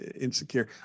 insecure